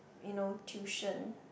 you know tuition